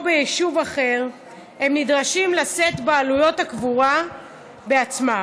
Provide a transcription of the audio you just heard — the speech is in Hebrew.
ביישוב אחר הם נדרשים לשאת בעלויות הקבורה בעצמם.